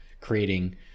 creating